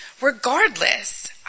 regardless